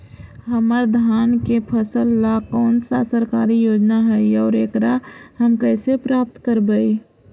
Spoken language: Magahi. हमर धान के फ़सल ला कौन सा सरकारी योजना हई और एकरा हम कैसे प्राप्त करबई?